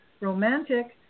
romantic